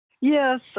Yes